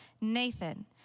Nathan